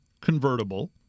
convertible